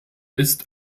ist